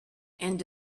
and